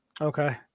Okay